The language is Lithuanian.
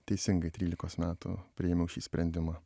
teisingai trylikos metų priėmiau šį sprendimą